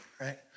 right